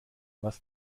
was